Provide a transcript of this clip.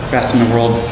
best-in-the-world